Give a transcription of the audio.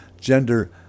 gender